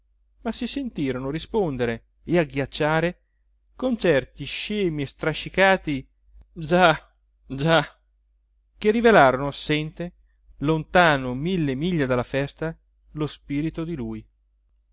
ma si sentirono rispondere e agghiacciare con certi scemi e strascicati già già che rivelarono assente lontano mille miglia dalla festa lo spirito di lui